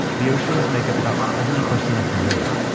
the ocean makes up about seventy percent of the earth,